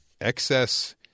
excess –